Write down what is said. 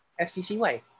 FCCY